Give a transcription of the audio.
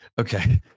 okay